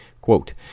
Quote